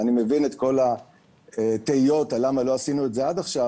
אני מבין את כל התהיות למה לא עשינו את זה עד עכשיו,